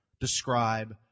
describe